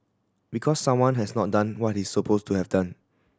because someone has not done what he's supposed to have done